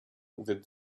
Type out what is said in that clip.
that